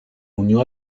unió